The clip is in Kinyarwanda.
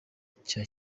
cya